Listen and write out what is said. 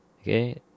Okay